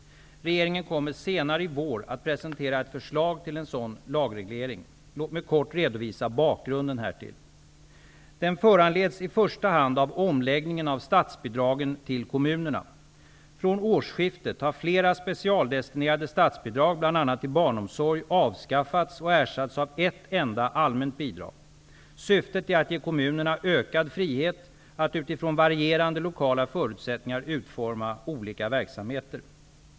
Regeringen kommer senare i vår att presentera ett förslag till en sådan lagreglering. Låt mig kort redovisa bakgrunden härtill. Den föranleds i första hand av omläggningen av statsbidragen till kommunerna. Från årsskiftet har flera specialdestinerade statsbidrag, bl.a. till barnomsorg, avskaffats och ersatts av ett enda allmänt bidrag. Syftet är att ge kommunerna ökad frihet att utifrån varierande lokala förutsättningar utforma olika verksamheter.